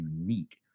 unique